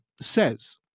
says